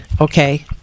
Okay